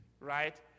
right